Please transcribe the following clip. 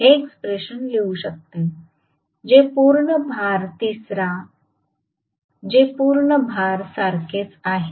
जे पूर्ण भार सारखेच आहे